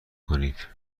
کنید